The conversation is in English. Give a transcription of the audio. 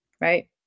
Right